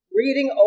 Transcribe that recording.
reading